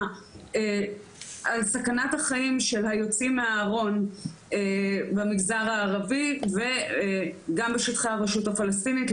על סכנת החיים של היוצאים מהארון במגזר הערבי ובשטחי הרשות הפלסטינית,